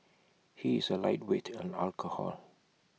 he is A lightweight in alcohol